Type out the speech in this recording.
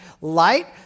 Light